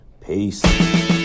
Peace